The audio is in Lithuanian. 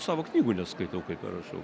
savo knygų neskaitau kai parašau